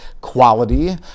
quality